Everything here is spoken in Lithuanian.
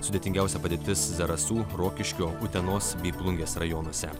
sudėtingiausia padėtis zarasų rokiškio utenos bei plungės rajonuose